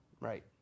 Right